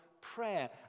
prayer